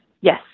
Yes